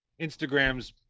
Instagrams